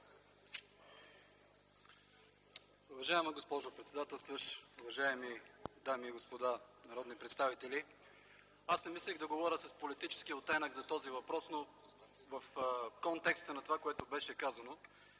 Уважаема госпожо председател, уважаеми дами и господа народни представители! Аз не мислех да говоря с политически оттенък по този въпрос, но в контекста на това, което беше казано,